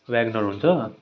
Wegener हुन्छ